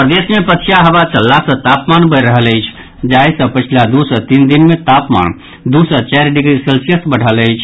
प्रदेश में पछिया हवा चलला सँ तापमान बढ़ि रहल अछि जाहि सँ पछिला दू सँ तीन दिन मे तापमान दू सँ चारि डिग्री सेल्सियस बढ़ल अछि